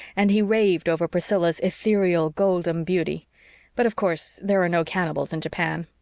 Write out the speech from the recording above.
and he raved over priscilla's ethereal, golden beauty but of course there are no cannibals in japan.